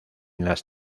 las